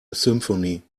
symphony